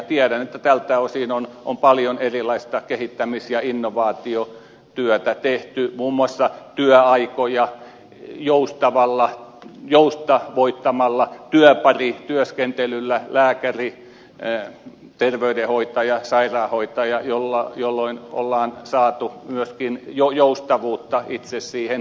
tiedän että tältä osin on paljon erilaista kehittämis ja innovaatiotyötä tehty muun muassa työaikoja joustavoittamalla työparityöskentelyllä lääkäriterveydenhoitajasairaanhoitaja jolloin on saatu myöskin joustavuutta itse siihen työyhteisöön